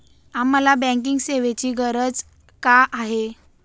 आम्हाला बँकिंग सेवेची गरज का आहे?